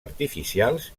artificials